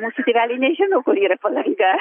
mūsų tėveliai nežino kur yra palanga